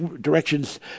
directions